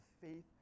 faith